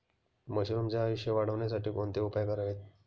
मशरुमचे आयुष्य वाढवण्यासाठी कोणते उपाय करावेत?